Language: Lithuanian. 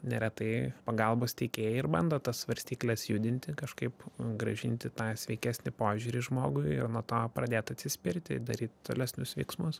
neretai pagalbos teikėjai ir bando tas svarstykles judinti kažkaip grąžinti tą sveikesnį požiūrį žmogui ir nuo to pradėt atsispirti i daryti tolesnius veiksmus